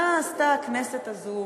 מה עשתה הכנסת הזו?